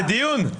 זה דיון.